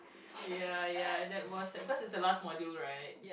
ya ya that was sad because it's the last module right